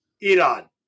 Iran